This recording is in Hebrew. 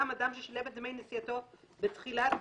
את כרטיסו בתחילת